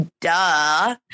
duh